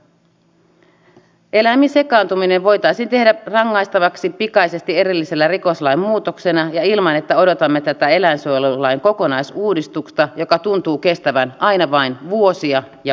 eläimiin sekaantuminen voitaisiin tehdä rangaistavaksi pikaisesti erillisellä rikoslain muutoksella ja ilman että odotamme tätä eläinsuojelulain kokonaisuudistusta joka tuntuu kestävän aina vaan vuosia ja vuosia